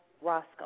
Roscoe